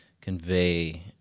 convey